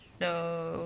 No